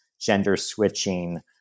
gender-switching